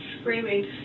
screaming